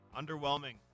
Underwhelming